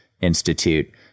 institute